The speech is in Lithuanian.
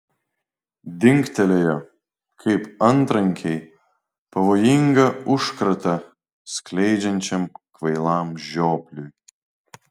dingtelėjo kaip antrankiai pavojingą užkratą skleidžiančiam kvailam žiopliui